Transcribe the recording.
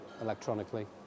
electronically